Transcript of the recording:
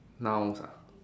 nouns ah